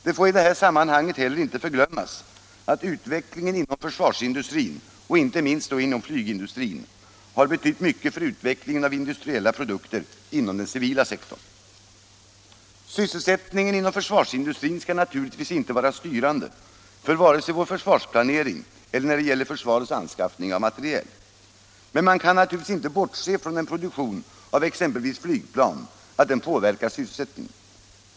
Det får i detta sammanhang inte heller förglömmas att utvecklingen inom försvarsindustrin, och inte minst då inom flygindustrin, har betytt mycket för utvecklingen av industriella produkter inom den civila sektorn. Sysselsättningen inom försvarsindustrin skall naturligtvis inte vara styrande vare sig för vår försvarsplanering eller för försvarets anskaffning av materiel. Men man kan naturligtvis inte bortse ifrån att en produktion av exempelvis flygplan inom landet påverkar sysselsättningen.